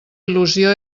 il·lusió